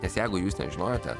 nes jeigu jūs nežinojote